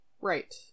right